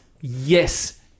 yes